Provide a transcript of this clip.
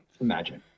imagine